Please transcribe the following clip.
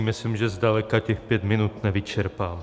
Myslím, že zdaleka těch pět minut nevyčerpám.